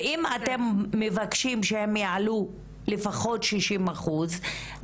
ואם אתם מבקשים שהם יעלו לפחות ב-60 אחוז,